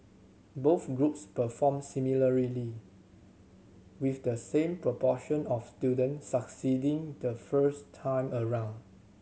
both groups performed similarly with the same proportion of student succeeding the first time around